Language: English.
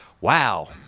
wow